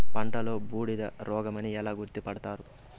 పంటలో బూడిద రోగమని ఎలా గుర్తుపడతారు?